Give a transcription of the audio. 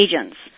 agents